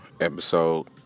episode